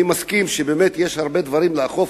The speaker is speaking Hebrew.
אני מסכים שבאמת יש הרבה דברים לאכוף,